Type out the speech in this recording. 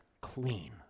clean